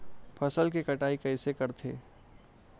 फसल के कटाई कइसे करथे?